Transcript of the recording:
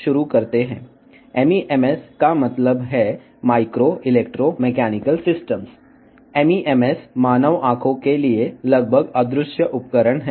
MEMS అంటే micro electro mechanical systems MEMS అనేవి మానవ కళ్ళకు దాదాపు కనిపించని చిన్న పరికరాలు